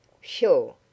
Sure